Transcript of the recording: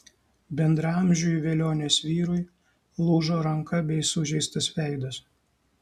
bendraamžiui velionės vyrui lūžo ranka bei sužeistas veidas